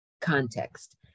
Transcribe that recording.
context